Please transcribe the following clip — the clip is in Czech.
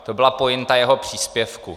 To byla pointa jeho příspěvku.